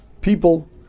people